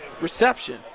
reception